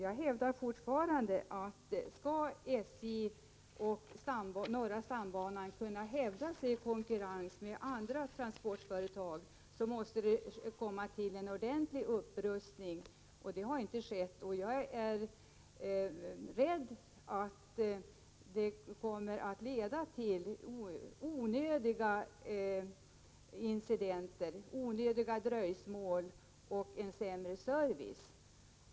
Jag hävdar fortfarande att om SJ och norra stambanan skall kunna hävda sig i konkurrens med andra trafikföretag, så måste det ske en ordentlig upprustning. Det har inte skett, och jag är rädd att detta kommer att leda till onödiga incidenter, onödiga dröjsmål och sämre service.